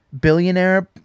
billionaire